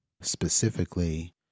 specifically